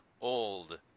old